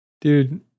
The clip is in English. Dude